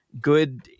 good